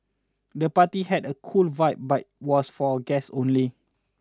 the party had a cool vibe but was for guests only